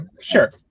Sure